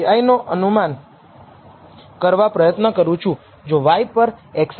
16 અને સ્લોપ પરિમાણ 15